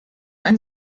ein